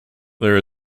there